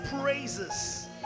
praises